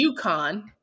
UConn